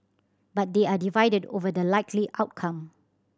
but they are divided over the likely outcome